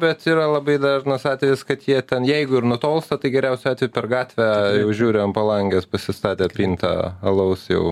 bet yra labai dažnas atvejis kad jie ten jeigu ir nutolsta tai geriausiu atveju per gatvę žiūri ant palangės pasistatę pintą alaus jau